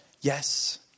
Yes